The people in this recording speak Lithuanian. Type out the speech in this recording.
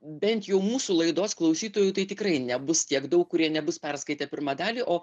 bent jau mūsų laidos klausytojų tai tikrai nebus tiek daug kurie nebus perskaitę pirmą dalį o